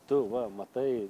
tu va matai